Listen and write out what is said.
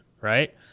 right